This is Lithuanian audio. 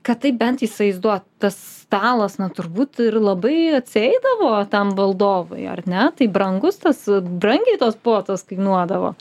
kad taip bent įsivaizduot tas stalas na turbūt ir labai atsieidavo tam valdovui ar ne tai brangus tas brangiai tos puotos kainuodavo